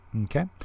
Okay